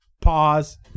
pause